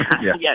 Yes